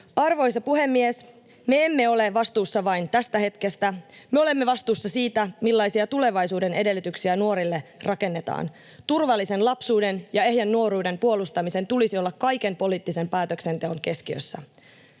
Arvoisa puhemies! Me emme ole vastuussa vain tästä hetkestä. Me olemme vastuussa siitä, millaisia tulevaisuuden edellytyksiä nuorille rakennetaan. Turvallisen lapsuuden ja ehjän nuoruuden puolustamisen tulisi olla kaiken poliittisen päätöksenteon keskiössä.